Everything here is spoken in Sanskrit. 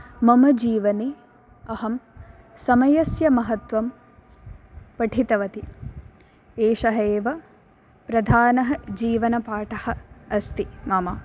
मम जीवने अहं समयस्य महत्वं पठितवती एषः एव प्रधानः जीवनपाठः अस्ति मम